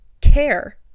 care